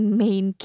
main